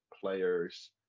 players